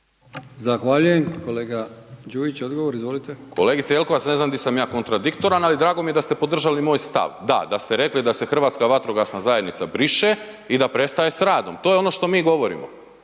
Zahvaljujem. Kolega Đujić, odgovor izvolite. **Đujić, Saša (SDP)** Kolegice Jelkovac, ne znam di sam ja kontradiktoran, ali drago mi je da ste podržali moj stav, da, da ste rekli da se Hrvatska vatrogasna zajednica briše i da prestaje s radom, to je ono što mi govorimo,